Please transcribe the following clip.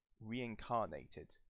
reincarnated